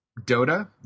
Dota